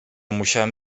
musiałem